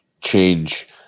change